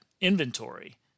inventory